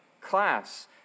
class